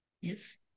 yes